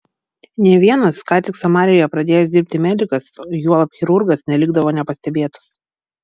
nė vienas ką tik samarijoje pradėjęs dirbti medikas o juolab chirurgas nelikdavo nepastebėtas